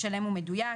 שלם ומדויק.